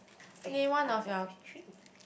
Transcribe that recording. eh I am left with three